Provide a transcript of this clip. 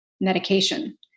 medication